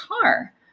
car